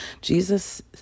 Jesus